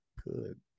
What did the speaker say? good